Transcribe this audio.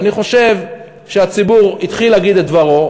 ואני חושב שהציבור התחיל להגיד את דברו.